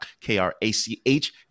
K-R-A-C-H